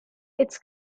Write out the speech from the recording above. its